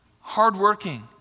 hardworking